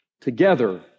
together